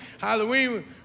Halloween